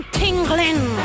tingling